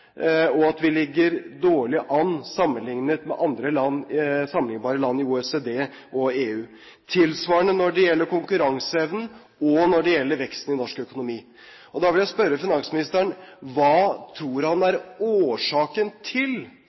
og at vi ligger dårlig an i forhold til sammenlignbare land i OECD og EU. Tilsvarende er det når det gjelder konkurranseevnen og veksten i norsk økonomi. Jeg vil spørre finansministeren: Hva tror han er årsaken til